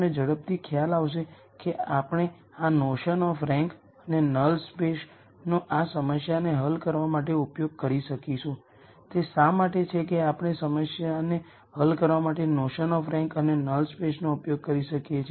અથવા n r સ્વતંત્ર vector શું હોઈ શકે છે જેનો ઉપયોગ આપણે કોલમ સબસ્પેસ તરીકે કરી શકીએ